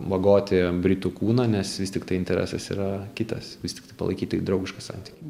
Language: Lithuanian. vagoti britų kūną nes vis tiktai interesas yra kitas vis tiktai palaikyti draugišką santykį